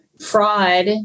fraud